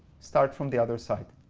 start from the other side.